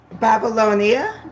Babylonia